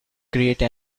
create